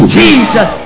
jesus